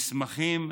מסמכים,